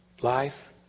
Life